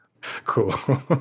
Cool